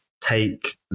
take